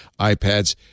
iPads